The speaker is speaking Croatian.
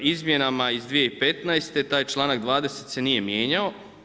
Izmjenama iz 2015. taj članak 20. se nije mijenjao.